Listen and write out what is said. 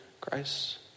Christ